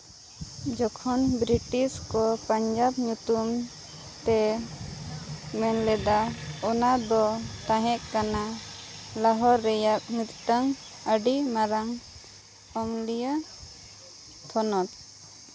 ᱡᱚᱠᱷᱚᱱ ᱵᱨᱤᱴᱤᱥ ᱠᱚ ᱯᱟᱧᱡᱟᱵᱽ ᱧᱩᱛᱩᱢ ᱛᱮ ᱢᱮᱱᱞᱮᱫᱟ ᱚᱱᱟ ᱫᱚ ᱛᱟᱦᱮᱸᱠᱟᱱᱟ ᱞᱟᱦᱳᱨ ᱨᱮᱭᱟᱜ ᱢᱤᱫᱴᱟᱝ ᱟᱹᱰᱤ ᱢᱟᱨᱟᱝ ᱟᱹᱢᱞᱤᱭᱟᱹ ᱛᱷᱚᱱᱚᱛ